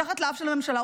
מתחת לאף של הממשלה,